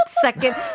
second